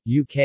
UK